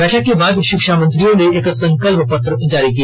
बैठक के बाद शिक्षा मंत्रियों ने एक संकल्प पत्र जारी किया